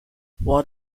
what